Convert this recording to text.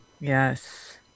Yes